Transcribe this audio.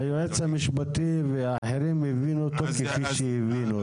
היועץ המשפטי והאחרים הבינו אותו כפי שהבינו אותו.